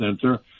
Center